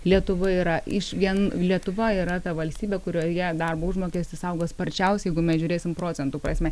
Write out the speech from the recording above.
lietuva yra išvien lietuva yra ta valstybė kurioje darbo užmokestis auga sparčiausiai jeigu mes žiūrėsim procentų prasme